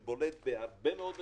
זה בולט בהרבה מאוד מקומות,